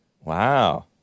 Wow